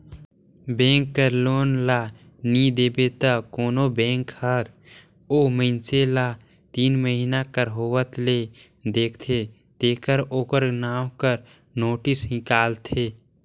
bank कर loan ल नी देबे त कोनो बेंक हर ओ मइनसे ल तीन महिना कर होवत ले देखथे तेकर ओकर नांव कर नोटिस हिंकालथे